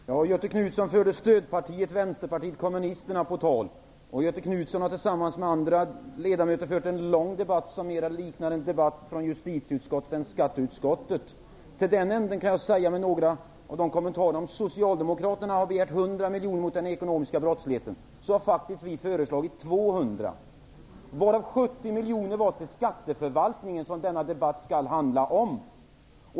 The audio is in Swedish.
Herr talman! Göthe Knutson förde stödpartiet Knutson har tillsammans med andra ledamöter fört en lång debatt, som mera liknar en debatt om frågor från justitieutskottet än från skatteutskottet. Till den änden kan jag säga att om Socialdemokraterna har begärt 100 miljoner för bekämpande av den ekonomiska brottsligheten, har vi föreslagit 200 miljoner. Av dessa vill vi att 70 miljoner skall gå till skatteförvaltningen, som denna debatt skall handla om.